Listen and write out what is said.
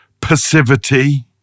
passivity